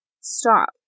stop